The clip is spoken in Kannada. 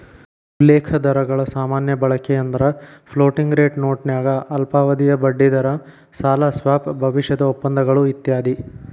ಉಲ್ಲೇಖ ದರಗಳ ಸಾಮಾನ್ಯ ಬಳಕೆಯೆಂದ್ರ ಫ್ಲೋಟಿಂಗ್ ರೇಟ್ ನೋಟನ್ಯಾಗ ಅಲ್ಪಾವಧಿಯ ಬಡ್ಡಿದರ ಸಾಲ ಸ್ವಾಪ್ ಭವಿಷ್ಯದ ಒಪ್ಪಂದಗಳು ಇತ್ಯಾದಿ